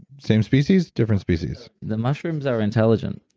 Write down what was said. same species, different species? the mushrooms are intelligent.